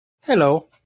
Hello